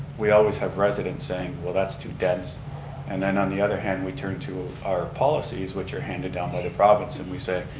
we always have residents saying well that's too dense and then on the other hand, we turn to our policies which are handed down by the province and we say,